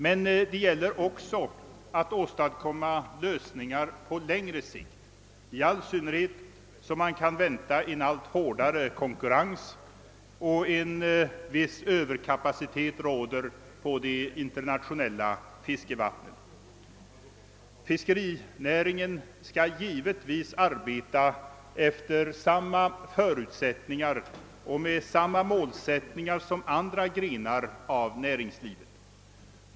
Men det gäller också att åstadkomma lösningar på längre sikt, i all synnerhet som man kan vänta en allt hårdare konkurrens och dessutom en viss överkapacitet förekommer på de internationella fiskevattnen. Fiskerinäringen skall givetvis arbeta efter samma förutsättningar och med samma målsättningar som andra grenar av näringslivet.